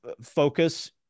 focus